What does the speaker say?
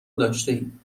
داشتهاید